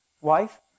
wife